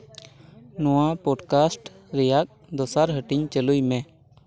ᱱᱚᱣᱟ ᱯᱳᱰᱠᱟᱥᱴ ᱨᱮᱭᱟᱜᱽ ᱫᱚᱥᱟᱨ ᱦᱟᱹᱴᱤᱧ ᱪᱟᱹᱞᱩᱭ ᱢᱮ